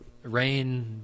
rain